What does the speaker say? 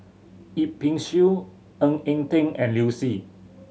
Yip Pin Xiu Ng Eng Teng and Liu Si